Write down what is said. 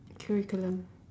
curriculum